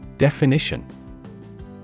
Definition